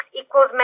equals